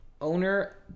owner